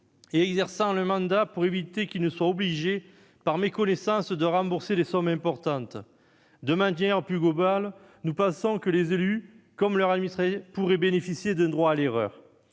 et exerçant leur mandat, pour éviter qu'ils ne soient obligés, par méconnaissance, de rembourser des sommes importantes. De manière plus globale, nous pensons que les élus, comme leurs administrés, pourraient bénéficier d'un « droit à l'erreur